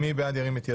מי בעד ירים את ידו.